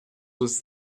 was